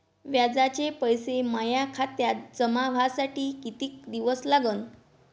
व्याजाचे पैसे माया खात्यात जमा व्हासाठी कितीक दिवस लागन?